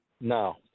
No